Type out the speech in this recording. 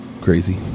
crazy